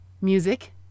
music